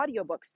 audiobooks